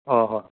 ꯍꯣꯏ ꯍꯣꯏ